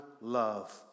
love